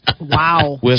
Wow